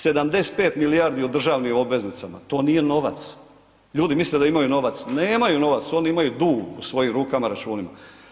75 milijardi u državnim obveznicama, to nije novac, ljudi misle da imaju novac, nemaju novac, oni imaju dug u svojim rukama, računima.